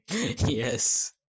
Yes